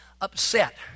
upset